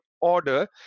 order